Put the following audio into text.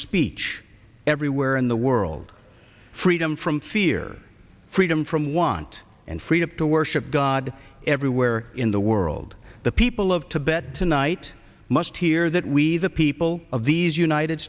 speech everywhere in the world freedom from fear freedom from want and freedom to worship god everywhere in the world the people of tibet tonight must hear that we the people of these united